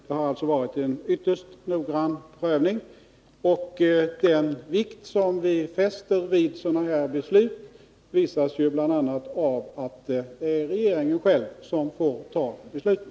Det har alltså varit en ytterst noggrann prövning. Den vikt som vi fäster vid sådana här beslut visas ju bl.a. av att det är regeringen själv som får ta besluten.